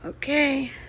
Okay